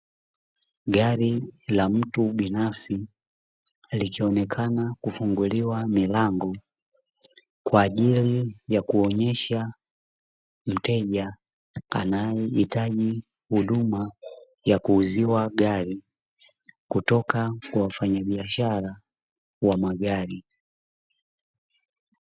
Gari la mtu binafsi likionekana kufunguliwa milango kwa ajili ya kuonyesha mteja, anayehitaji huduma ya kuuziwa gari kutoka kwa wafanyabiashara wa magari.